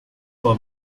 for